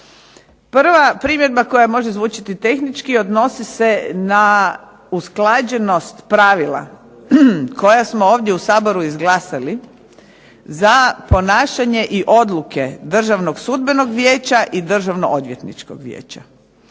Prva primjedba koja može zvučati tehnički odnosi se na usklađenost pravila koja smo ovdje u Saboru izglasali za ponašanje i odluke Državnog sudbenog vijeća i Državno-odvjetničkog vijeća.